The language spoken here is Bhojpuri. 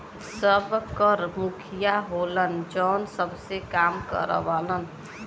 सबकर मुखिया होलन जौन सबसे काम करावलन